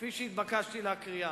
כפי שהתבקשתי להקריאם: